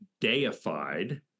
deified